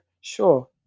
sure